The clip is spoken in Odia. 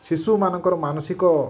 ଶିଶୁମାନଙ୍କର ମାନସିକ